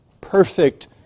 perfect